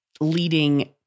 leading